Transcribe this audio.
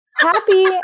Happy